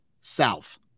South